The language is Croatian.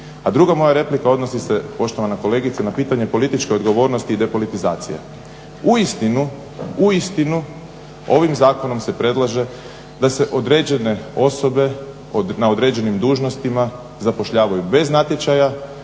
A druga moja replika odnosi se poštovana kolegice na pitanje političke odgovornosti i depolitizacije. Uistinu, uistinu ovim zakonom se predlaže da se određene osobe na određenim dužnostima zapošljavaju bez natječaja